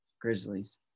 Grizzlies